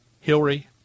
Hillary